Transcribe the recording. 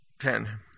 Ten